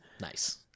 Nice